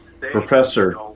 professor